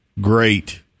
great